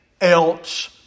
else